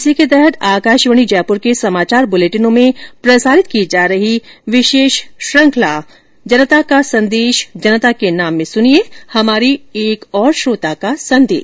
इसी के तहत आकाशवाणी जयपुर के समाचार बुलेटिनों में प्रसारित की जा रही विशेष श्रृखंला जनता का संदेश जनता के नाम में सुनिये हमारे श्रोता का संदेश